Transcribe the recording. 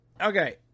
okay